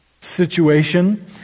situation